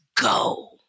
go